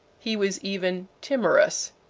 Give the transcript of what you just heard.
he was even timorous.